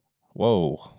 Whoa